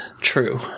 true